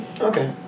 Okay